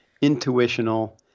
intuitional